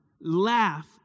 laugh